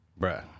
Bruh